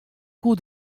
koe